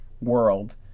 world